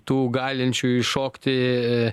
tų galinčių iššokti